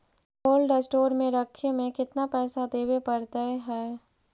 Cold store में रखे में केतना पैसा देवे पड़तै है?